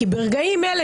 כי ברגעים אלה,